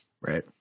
right